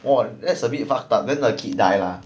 orh that's a bit fuck up then the kid die lah